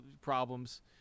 problems